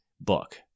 book